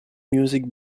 music